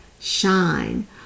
shine